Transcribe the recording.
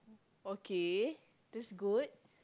okay this good